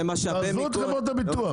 עזבו את חברות הביטוח.